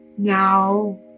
Now